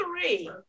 three